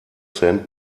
cent